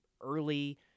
early